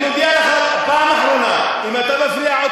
את באה בטענות על החברה הישראלית?